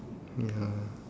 ya